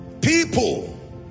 people